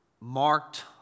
marked